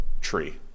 tree